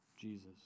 Jesus